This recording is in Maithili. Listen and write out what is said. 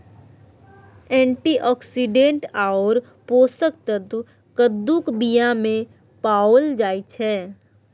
एंटीऑक्सीडेंट आओर पोषक तत्व कद्दूक बीयामे पाओल जाइत छै